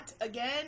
again